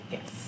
Yes